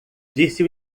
disse